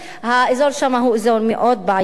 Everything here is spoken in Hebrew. האזור שם הוא אזור מאוד בעייתי.